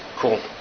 Cool